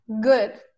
good